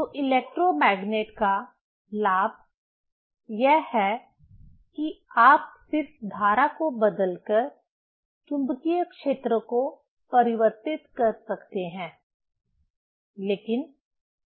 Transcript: तो इलेक्ट्रोमैग्नेट का लाभ यह है कि आप सिर्फ धारा को बदलकर चुंबकीय क्षेत्र को परिवर्तित कर सकते हैं लेकिन